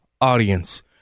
audience